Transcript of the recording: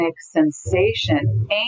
sensation